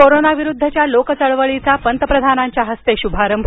corona विरुद्धच्या लोकचळवळीचा पंतप्रधानांच्या हस्ते शुभारंभ